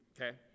okay